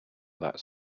that